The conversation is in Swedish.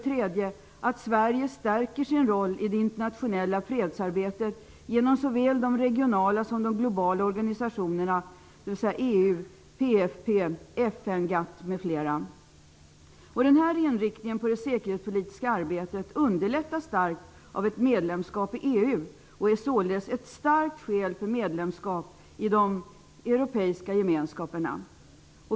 Sverige skall stärka sin roll i det internationella fredsarbetet genom både de regionala och de globala organisationerna, dvs. EU, PFP, FN, Denna inriktning på det säkerhetspolitiska arbetet underlättas starkt av ett medlemskap i EU och är således ett starkt skäl för medlemskap i de europeiska gemenskaperna.